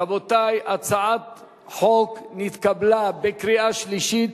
רבותי, הצעת חוק נתקבלה בקריאה שלישית